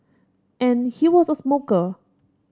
and he was a smoker